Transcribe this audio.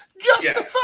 Justify